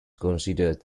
considered